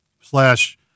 slash